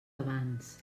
abans